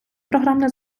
програмне